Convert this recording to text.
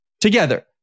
together